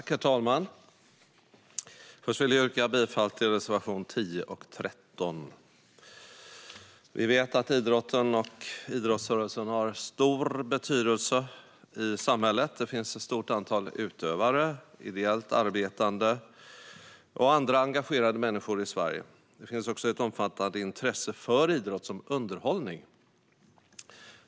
Herr talman! Först vill jag yrka bifall till reservationerna 10 och 13. Vi vet att idrotten och idrottsrörelsen har stor betydelse i samhället. Det finns ett stort antal utövare, ideellt arbetande och andra engagerade människor i Sverige. Det finns också ett omfattande intresse för idrott som underhållning.